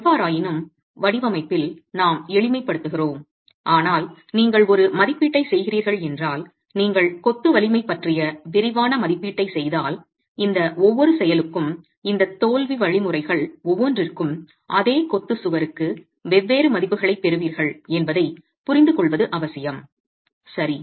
எவ்வாறாயினும் வடிவமைப்பில் நாம் எளிமைப்படுத்துகிறோம் ஆனால் நீங்கள் ஒரு மதிப்பீட்டைச் செய்கிறீர்கள் என்றால் நீங்கள் கொத்து வலிமை பற்றிய விரிவான மதிப்பீட்டைச் செய்தால் இந்த ஒவ்வொரு செயலுக்கும் இந்த தோல்வி வழிமுறைகள் ஒவ்வொன்றிற்கும் அதே கொத்து சுவருக்கு வெவ்வேறு மதிப்புகளைப் பெறுவீர்கள் என்பதைப் புரிந்துகொள்வது அவசியம் சரி